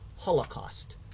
holocaust